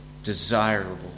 Desirable